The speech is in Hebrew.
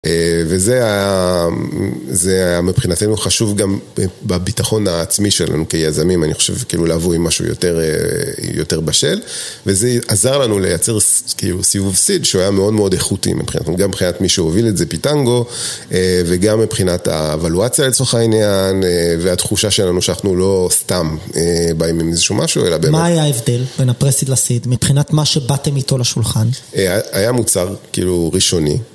וזה היה מבחינתנו חשוב גם בביטחון העצמי שלנו כיזמים, אני חושב, כאילו, לבוא עם משהו יותר בשל, וזה עזר לנו לייצר סיבוב סיד שהוא היה מאוד מאוד איכותי מבחינתנו, גם מבחינת מי שהוביל את זה פיטנגו, וגם מבחינת האבליואציה לצורך העניין, והתחושה שלנו שאנחנו לא סתם באים עם איזשהו משהו, אלא בין... מה היה ההבדל בין הפרסיד לסיד מבחינת מה שבאתם איתו לשולחן? היה מוצר, כאילו, ראשוני.